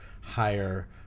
higher